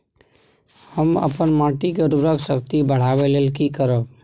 हम अपन माटी के उर्वरक शक्ति बढाबै लेल की करब?